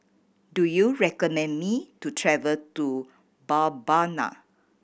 do you recommend me to travel to Mbabana